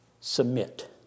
submit